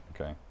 Okay